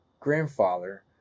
Grandfather